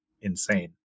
insane